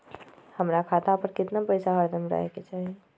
हमरा खाता पर केतना पैसा हरदम रहे के चाहि?